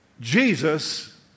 Jesus